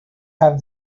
have